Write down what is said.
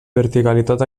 verticalitat